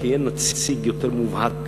כי אין נציג יותר מובהק